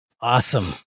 Awesome